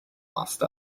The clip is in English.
asked